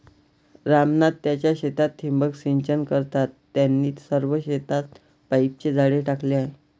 राम नाथ त्यांच्या शेतात ठिबक सिंचन करतात, त्यांनी सर्व शेतात पाईपचे जाळे टाकले आहे